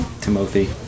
Timothy